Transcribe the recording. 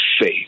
faith